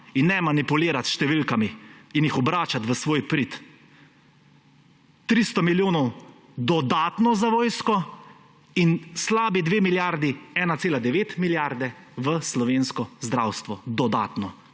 In ne manipulirati s številkami in jih obračati v svoj prid. 300 milijonov dodatno za vojsko in slabi dve milijardi, 1,9 milijarde v slovensko zdravstvo dodatno.